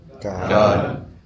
God